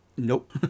Nope